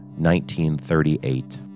1938